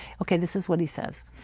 okay, this is what he says.